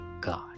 God